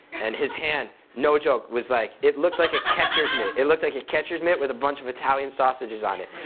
and his hand, no joke, like it looked like a catcher's mitt, it looked like a catcher's mitt with a bunch of italian sausages on it.